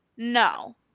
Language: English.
No